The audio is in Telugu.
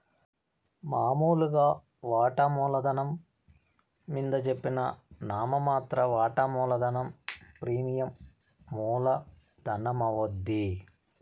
మామూలుగా వాటామూల ధనం మింద జెప్పిన నామ మాత్ర వాటా మూలధనం ప్రీమియం మూల ధనమవుద్ది